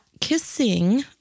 kissing